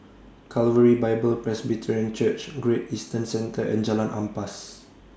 Calvary Bible Presbyterian Church Great Eastern Centre and Jalan Ampas